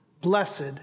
blessed